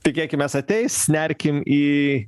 tikėkimės ateis nerkim į